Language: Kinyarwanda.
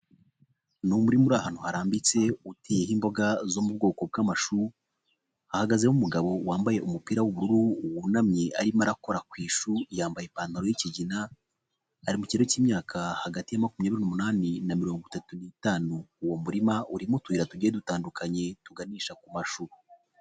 N'umurima uri ahantu harambitse uteyeho imboga zo mu bwoko bw'amashu, hahagazemo umugabo wambaye umupira w'ubururu wunamye arimo arakora ku ishu yambaye ipantaro y'kigina, ari mu kiro cy'imyaka hagati ya makumyabiri n'umunani na mirongo itatu n'itanu. Uwo murima urimo utuyire tugiye dutandukanye tuganisha ku mashu.